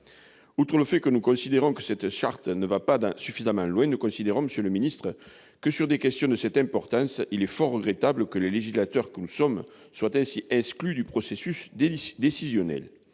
outre le fait que cette charte, selon nous, ne va pas suffisamment loin, nous considérons que, sur des questions de cette importance, il est fort regrettable que les législateurs que nous sommes soient ainsi exclus du processus décisionnel.